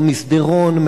במסדרון,